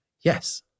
Yes